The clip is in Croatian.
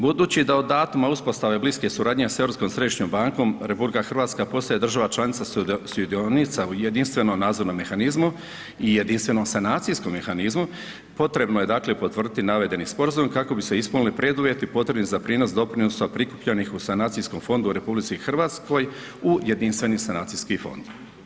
Budući da od datuma uspostave bliske suradnje sa Europskom središnjom bankom, RH postaje država članica sudionica u Jedinstvenom nadzornom mehanizmu i Jedinstvenom sanacijskom mehanizmu, potrebno je dakle, potvrditi navedeni sporazum, kako bi se ispunili preduvjeti potrebni za prijenos doprinosa prikupljanih u sanacijskom fondu u RH u Jedinstveni sanacijski fond.